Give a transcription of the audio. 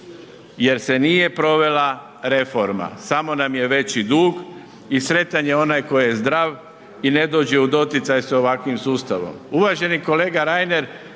jer se nije provela reforma, samo nam je veći dug i sretan je onaj tko je zdrav i ne dođe u doticaj s ovakvim sustavom.